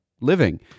living